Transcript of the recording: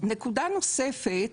נקודה נוספת,